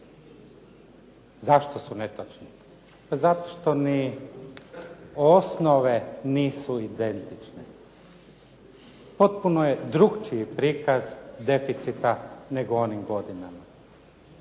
Zašto su netočni? Pa zato što ni osnove nisu identične. Potpuno je drukčiji prikaz deficita nego u onim godinama.